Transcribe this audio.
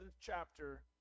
chapter